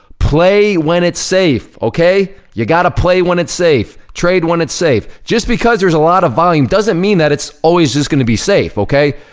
play when it's safe, okay? you gotta play when it's safe. trade when it's safe. just because there's a lot of volume doesn't mean that it's always just gonna be safe, okay?